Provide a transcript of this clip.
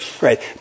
right